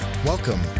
Welcome